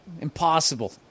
impossible